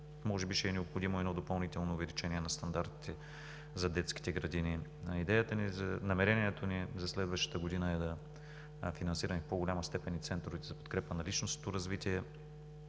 може би ще е необходимо допълнително увеличение на стандартите за детските градини. Намерението ни за следващата година е да финансираме в по-голяма степен и центровете за подкрепа на личностното развитие.